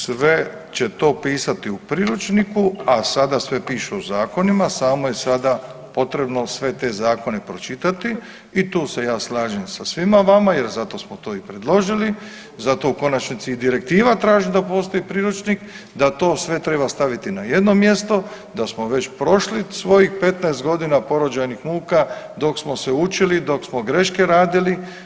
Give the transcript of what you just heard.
Sve će to pisati u priručniku, a sada sve piše u zakonima samo je sada potrebno sve te zakone pročitati i tu se ja slažem sa svima vama jer zato smo to i predložili, zato u konačnici i direktiva traži da postoji priručnik, da to sve treba staviti na jedno mjesto, da smo već prošli svojih 15 godina porođajnih muka dok smo se učili, dok smo greške radili.